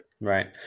right